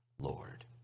Lord